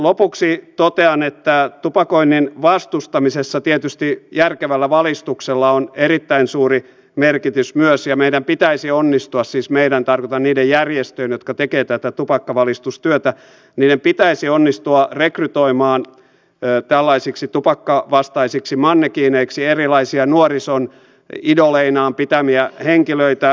lopuksi totean että tupakoinnin vastustamisessa tietysti järkevällä valistuksella on erittäin suuri merkitys myös ja meidän pitäisi onnistua siis meidän tarkoitan niiden järjestöjen jotka tekevät tätä tupakkavalistustyötä rekrytoimaan tällaisiksi tupakkavastaisiksi mannekiineiksi erilaisia nuorison idoleinaan pitämiä henkilöitä